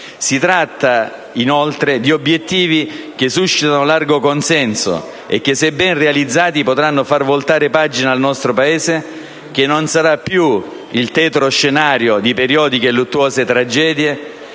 Si tratta inoltre di obiettivi che suscitano largo consenso e che, se ben realizzati, potranno far voltare pagina al nostro Paese che non sarà più il tetro scenario di periodiche e luttuose tragedie,